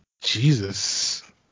Jesus